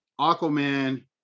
aquaman